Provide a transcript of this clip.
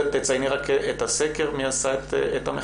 תצייני את הסקר ומי עשה את המחקר.